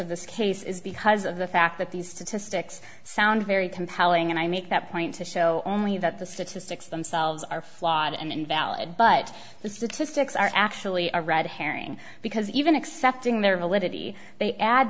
of this case is because of the fact that these statistics sound very compelling and i make that point to show only that the statistics themselves are flawed and invalid but the statistics are actually a red herring because even accepting their validity they add